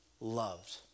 loved